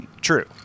True